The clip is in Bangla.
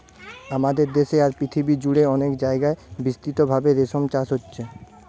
আমাদের দেশে আর পৃথিবী জুড়ে অনেক জাগায় বিস্তৃতভাবে রেশম চাষ হচ্ছে